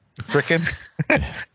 Frickin